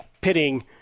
pitting